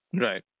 Right